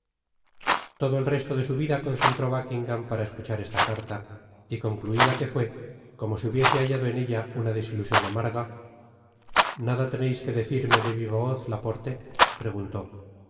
todo el resto de su vida concentró buckingam para escuchar esta carta y concluida que fué como si hubiese hallado en ella una desilusion amarga nada teneis que decirme de viva voz laporte preguntó